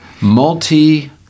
multi